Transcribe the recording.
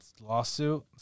lawsuit